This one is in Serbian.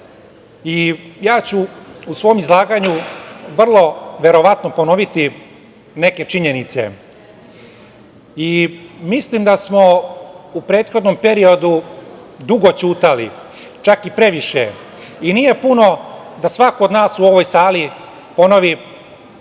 se. U svom izlaganju ja ću vrlo verovatno ponoviti neke činjenice. Mislim da smo u prethodnom periodu dugo ćutali, čak i previše. Nije puno da svako od nas u ovoj sali ponovi